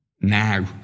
now